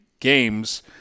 Games